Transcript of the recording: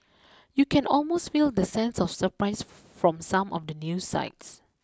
you can almost feel the sense of surprise from some of the news sites